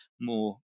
more